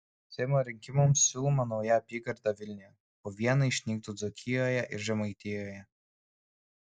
seimo rinkimams siūloma nauja apygarda vilniuje po vieną išnyktų dzūkijoje ir žemaitijoje